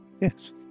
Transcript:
Yes